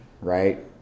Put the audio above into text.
right